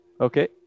Okay